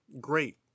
great